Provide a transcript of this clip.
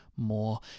more